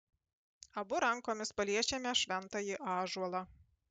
abu rankomis paliečiame šventąjį ąžuolą